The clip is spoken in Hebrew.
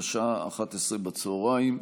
בשעה 11:00 בצוהריים.